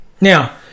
Now